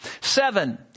Seven